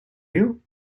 you